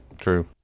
true